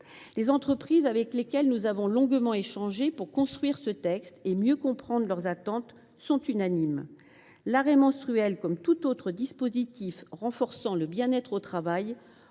Les entreprises, avec lesquelles nous avons longuement échangé pour construire ce texte et mieux comprendre leurs attentes, sont unanimes. L’arrêt menstruel, au même titre que tout autre dispositif améliorant le bien être au travail,